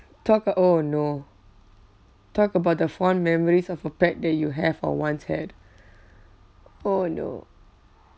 talk oh no talk about the fond memories of a pet that you have or once had oh no